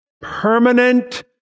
permanent